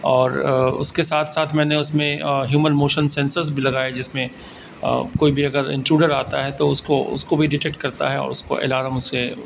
اور اس کے ساتھ ساتھ میں نے اس میں ہیومن موشن سینسرز بھی لگائے جس میں کوئی بھی اگر انٹروڈر آتا ہے تو اس کو اس کو بھی ڈیٹیکٹ کرتا ہے اور اس کو الارم اس سے